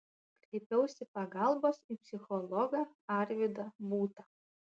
kreipiausi pagalbos į psichologą arvydą būtą